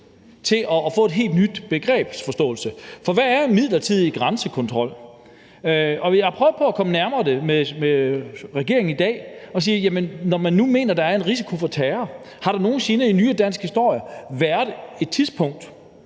til at få en helt ny betydning, for hvad er midlertidig grænsekontrol? Jeg har prøvet på at komme det nærmere med regeringen i dag og har sagt: Når man nu mener, at der er en risiko for terror, har der så nogen sinde i nyere dansk historie været et tidspunkt